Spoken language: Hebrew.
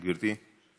גברתי,